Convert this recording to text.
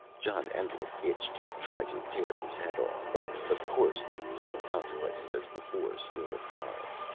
john endlich itched to try to tear his head off. but, of course, the same consequences as before still applied.